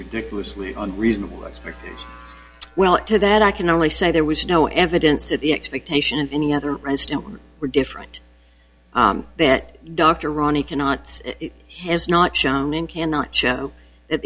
ridiculously and reasonable expectation well to that i can only say there was no evidence to the expectation of any other president were different that dr rani cannot has not shown in cannot show that